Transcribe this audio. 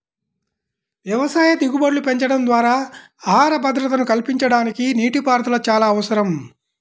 వ్యవసాయ దిగుబడులు పెంచడం ద్వారా ఆహార భద్రతను కల్పించడానికి నీటిపారుదల చాలా అవసరం